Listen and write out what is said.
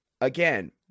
Again